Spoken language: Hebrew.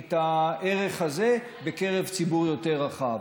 את הערך הזה בקרב ציבור יותר רחב.